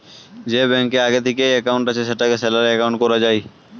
যে ব্যাংকে আগে থিকেই একাউন্ট আছে সেটাকে স্যালারি একাউন্ট কোরা যায়